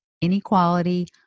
inequality